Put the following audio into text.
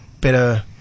better